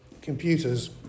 Computers